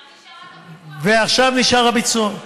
עכשיו נשאר הביצוע.